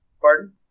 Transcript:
Pardon